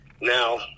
Now